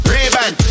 Ray-Ban